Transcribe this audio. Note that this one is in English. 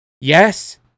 Yes